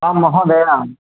आम् महोदय